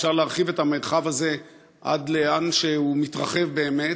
אפשר להרחיב את המרחב הזה עד לאן שהוא מתרחב באמת,